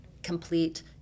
Complete